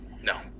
No